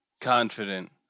confident